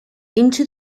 into